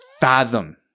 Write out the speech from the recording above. fathom